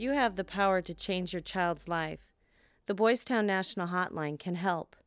you have the power to change your child's life the boys to national hotline can help